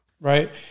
right